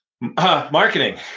Marketing